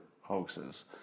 hoaxes